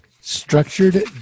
Structured